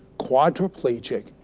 quadriplegic,